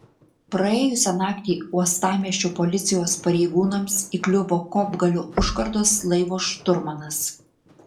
praėjusią naktį uostamiesčio policijos pareigūnams įkliuvo kopgalio užkardos laivo šturmanas